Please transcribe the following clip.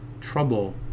trouble